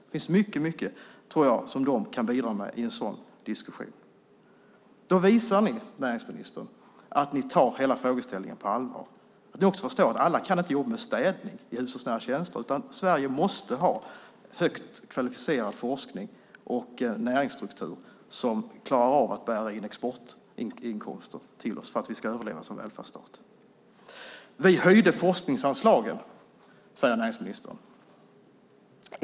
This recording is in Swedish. Det finns mycket, tror jag, som de kan bidra med i en sådan diskussion. Då visar ni, näringsministern, att ni tar hela frågeställningen på allvar. Alla kan inte jobba med städning i hushållsnära tjänster. Sverige måste ha högt kvalificerad forskning och en näringsstruktur som klarar av att bära in exportinkomster till oss för att vi ska överleva som välfärdsstat. Vi höjde forskningsanslagen, säger näringsministern.